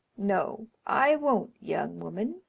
no, i won't, young woman.